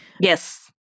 Yes